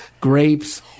grapes